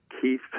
Keith